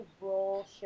roll